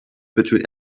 between